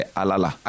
alala